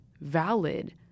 valid